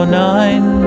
nine